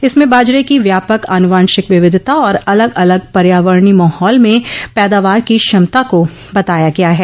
इसमें बाजरे की व्यापक आनुवांशिक विविधता और अलग अलग पर्यावरणी माहौल में पैदावार की क्षमताको बताया गया है